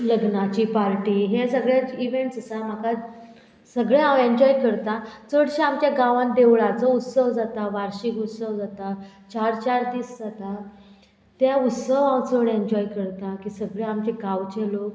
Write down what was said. लग्नाची पार्टी हे सगळे इवेंट्स आसा म्हाका सगळे हांव एन्जॉय करता चडशे आमच्या गांवान देवळाचो उत्सव जाता वार्शीक उत्सव जाता चार चार दीस जाता ते उत्सव हांव चड एन्जॉय करता की सगळे आमचे गांवचे लोक